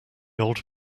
old